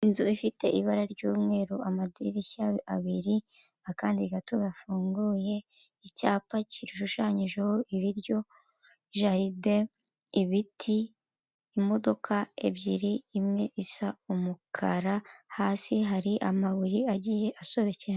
Inzu ifite ibara ry'umweru, amadirishya abiri, akandi gato gafunguye icyapa kishushanyijeho ibiryo, jaride, ibiti, imodoka ebyiri, imwe isa umukara, hasi hari amabuye agiye asobekera...